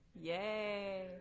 Yay